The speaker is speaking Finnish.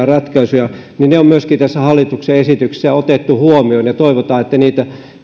ratkaisuja niin myöskin se on tässä hallituksen esityksessä otettu huomioon ja toivotaan että